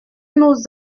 nos